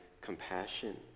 compassion